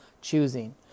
choosing